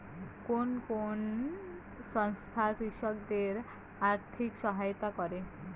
কোন কোন সংস্থা কৃষকদের আর্থিক সহায়তা করে?